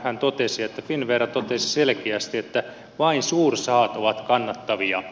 hän totesi että finnvera totesi selkeästi että vain suursahat ovat kannattavia